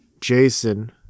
Jason